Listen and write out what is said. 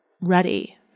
ready